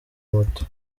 moto